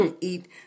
eat